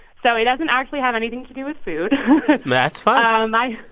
so it doesn't actually have anything to do with food that's fine um and my